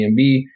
Airbnb